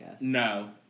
No